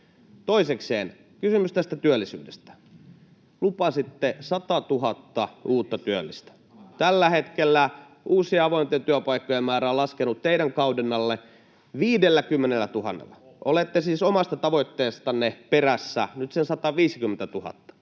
Toisekseen, kysymys työllisyydestä: Lupasitte 100 000 uutta työllistä. Tällä hetkellä uusien avointen työpaikkojen määrä on laskenut, teidän kaudellanne 50 000:lla. Olette siis omasta tavoitteestanne perässä nyt sen 150 000,